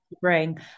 bring